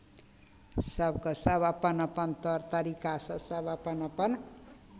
सभके सभ अपन अपन तौर तरीकासँ सभ अपन अपन